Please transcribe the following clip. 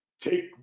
take